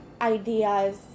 ideas